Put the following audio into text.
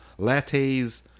lattes